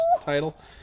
title